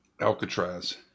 Alcatraz